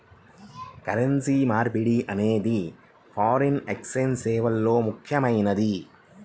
currency మార్పిడి అనేది foreign exchange సేవల్లో ముఖ్యమైనది